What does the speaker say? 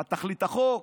מה תכלית החוק,